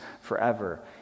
forever